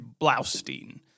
Blaustein